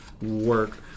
work